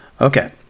Okay